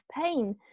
pain